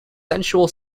sensual